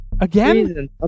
Again